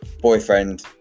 boyfriend